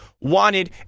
wanted